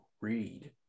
read